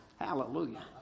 Hallelujah